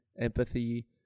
empathy